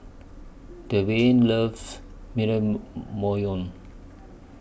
Dwyane loves Naengmyeon